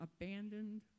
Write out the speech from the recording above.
abandoned